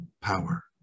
power